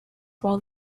while